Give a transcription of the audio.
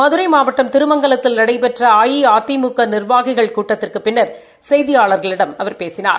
மதுரை மாவட்டம் திருமங்கலத்தில் நடைபெற்ற அஇஅதிமுக நிர்வாகிகள் கூட்டத்திற்குப் பின்னர் செய்தியாளர்ளிடம் அவர் பேசினார்